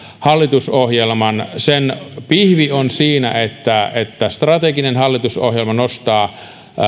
hallitusohjelman sen pihvi on siinä että että strateginen hallitusohjelma nostaa